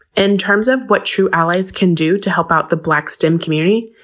in terms of what true allies can do to help out the black stem community,